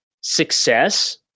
success